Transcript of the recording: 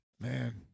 Man